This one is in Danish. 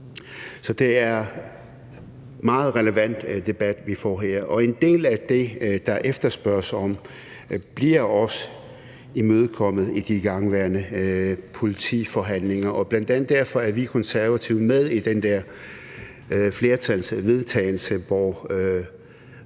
Så det er en meget relevant debat, vi får her. Og en del af det, der efterspørges, bliver også imødekommet i de igangværende politiforhandlinger, og bl.a. derfor er vi Konservative med i flertallets forslag til vedtagelse, hvor